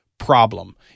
problem